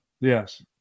Yes